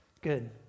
Good